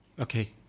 Okay